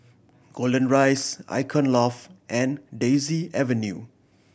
Golden Rise Icon Loft and Daisy Avenue